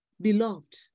Beloved